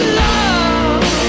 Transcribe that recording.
love